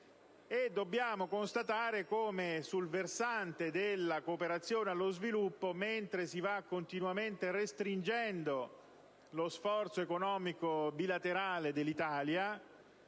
e constatiamo come sul versante della cooperazione allo sviluppo, mentre si va continuamente restringendo lo sforzo economico bilaterale dell'Italia,